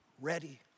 ready